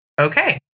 okay